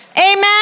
Amen